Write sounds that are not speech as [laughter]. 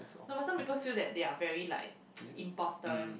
no but some people feel that they are very like [noise] important